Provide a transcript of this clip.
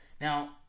Now